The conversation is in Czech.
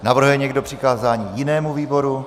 Navrhuje někdo přikázání jinému výboru?